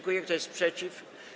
Kto jest przeciw?